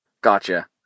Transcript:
Gotcha